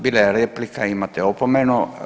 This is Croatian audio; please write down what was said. Bila je replika, imate opomenu.